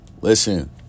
Listen